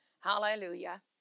Hallelujah